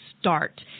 start